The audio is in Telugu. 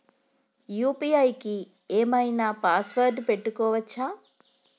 యూ.పీ.ఐ కి ఏం ఐనా పాస్వర్డ్ పెట్టుకోవచ్చా?